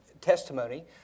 testimony